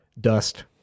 dust